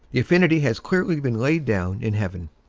the affinity has clearly been laid down in heaven.